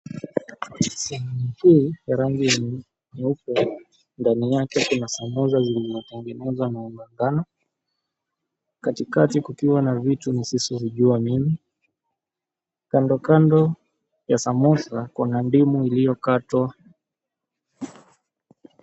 Kwenye sahani hii ya rangi nyeupe, ndani yake kuna samosa zilizotengenezwa na unga wa ngano, katikati kukiwa na vitu nisizozijua mimi. Kandokando ya samosa kuna ndimu iliyokatwa.